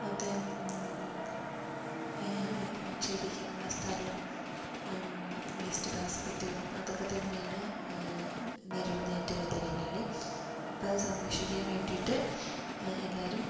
അത് അത് നിക്ഷേപിക്കാനുള്ള സ്ഥലവും വേസ്റ്റ് ബാസ്ക്കറ്റുകളും അതൊക്കെ തന്നെയാണ് നേരിടുന്ന എറ്റവും വലിയ വെല്ലുവിളി ഇപ്പോൾ അതു സംരക്ഷിക്കാൻ വേണ്ടിയിട്ട് എല്ലാവരും